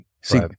See